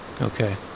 Okay